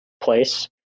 place